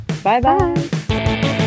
Bye-bye